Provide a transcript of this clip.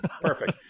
Perfect